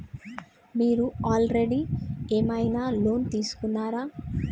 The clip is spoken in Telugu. మీరు ఆల్రెడీ ఏమైనా లోన్ తీసుకున్నారా?